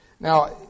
Now